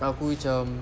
aku cam